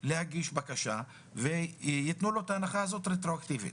להגיש בקשה וייתנו לו את ההנחה הזאת רטרואקטיבית.